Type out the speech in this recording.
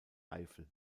eifel